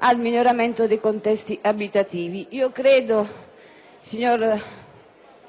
al miglioramento dei contesti abitativi. Io credo, signor